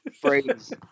phrase